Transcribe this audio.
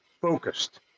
focused